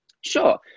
Sure